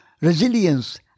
resilience